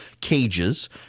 cages